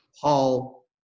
Paul